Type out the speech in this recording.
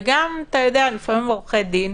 וגם עורכי דין,